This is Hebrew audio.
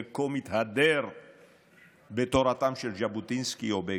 שכה מתהדר בתורתם של ז'בוטינסקי או בגין,